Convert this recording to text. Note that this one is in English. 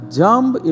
jump